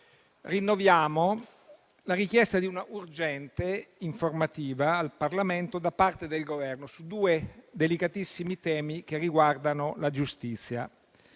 rinnoviamo la richiesta di una urgente informativa al Parlamento da parte del Governo su due delicatissimi temi che riguardano la giustizia.